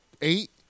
eight